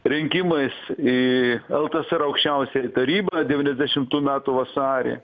rinkimais į ltsr aukščiausiąją tarybą devyniasdešimtų metų vasarį